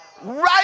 right